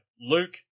Luke